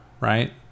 Right